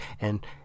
and